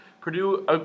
Purdue